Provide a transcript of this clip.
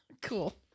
Cool